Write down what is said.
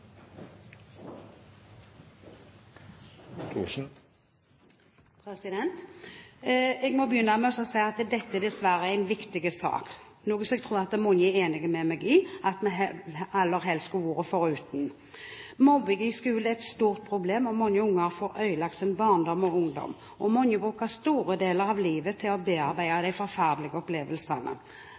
minutter. Jeg må begynne med å si at dette dessverre er en viktig sak som jeg tror mange er enig med meg i at vi aller helst skulle vært foruten. Mobbing i skolen er et stort problem. Mange unger får ødelagt sin barndom og ungdom, og mange bruker store deler av livet til å bearbeide de forferdelige opplevelsene.